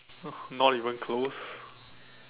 not even close